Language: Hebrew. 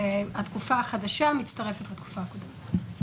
התקופה החדשה מצטרפת לתקופה הקודמת.